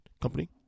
company